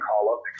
call-up